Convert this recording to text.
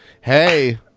Hey